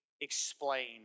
explain